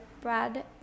Brad